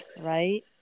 right